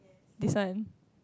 this one